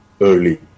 early